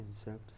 insects